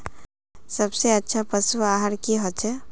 सबसे अच्छा पशु आहार की होचए?